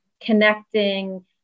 connecting